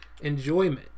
Enjoyment